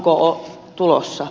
arvoisa puhemies